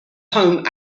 home